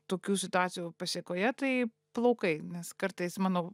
tokių situacijų pasekoje tai plaukai nes kartais mano